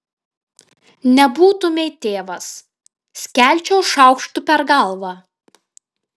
nebūtumei tėvas skelčiau šaukštu per galvą